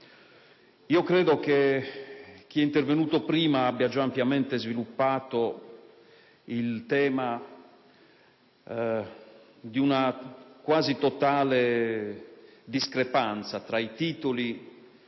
credo che chi è intervenuto prima di me abbia già ampiamente sviluppato il tema di una quasi totale discrepanza tra i titoli